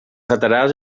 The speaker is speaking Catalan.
laterals